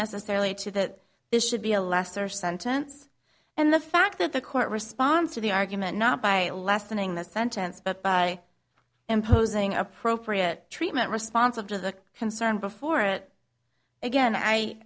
necessarily to that this should be a lesser sentence and the fact that the court response to the argument not by a lessening the sentence but by imposing appropriate treatment responsive to the concern before it again i